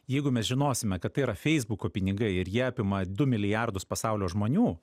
jeigu mes žinosime kad tai yra feisbuko pinigai ir jie apima du milijardus pasaulio žmonių